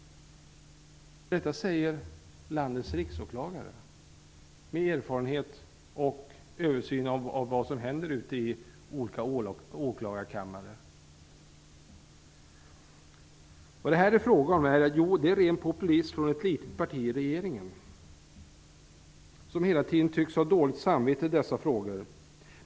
Detta säger landets riksåklagare, med erfarenhet av och insyn i vad som händer i olika åklagarkammare. Vad är det här fråga om? Jo, ren populism från ett litet parti i regeringen som hela tiden tycks ha dåligt samvete i dessa frågor.